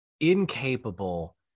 incapable